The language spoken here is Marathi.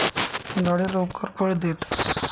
झाडे लवकर फळ देतस